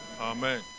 Amen